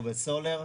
או בסולר.